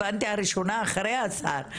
אני הבנתי שאני הראשונה אחרי השר,